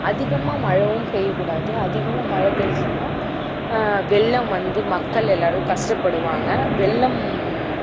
அதிகமாக மழைவும் பெய்யக்கூடாது அதிகமாக மழை பேய்ஞ்சிதுன்னா வெள்ளம் வந்து மக்கள் எல்லோரும் கஷ்டப்படுவாங்க வெள்ளம்